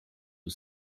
was